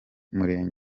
w’u